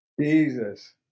Jesus